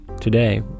Today